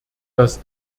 dass